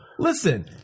Listen